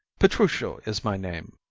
petruchio is my name,